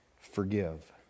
forgive